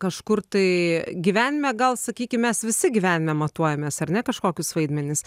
kažkur tai gyvenime gal sakykim mes visi gyvenime matuojamės ar ne kažkokius vaidmenis